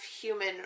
human